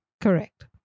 Correct